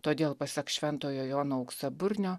todėl pasak šventojo jono auksaburnio